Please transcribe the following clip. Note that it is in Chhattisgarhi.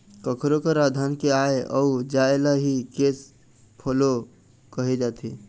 कखरो करा धन के आय अउ जाय ल ही केस फोलो कहे जाथे